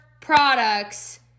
products